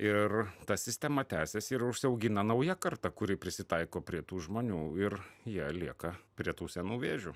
ir ta sistema tęsiasi ir užsiaugina nauja karta kuri prisitaiko prie tų žmonių ir jie lieka prie tų senų vėžių